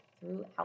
throughout